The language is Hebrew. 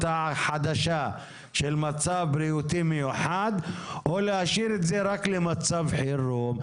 החדשה של מצב בריאותי מיוחד או להשאיר את זה רק למצב חירום.